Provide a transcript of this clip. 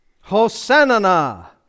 Hosanna